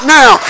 now